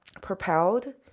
propelled